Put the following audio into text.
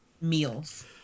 meals